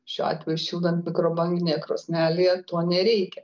šiuo atveju šildant mikrobanginėje krosnelėje to nereikia